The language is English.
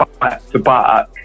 back-to-back